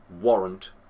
warrant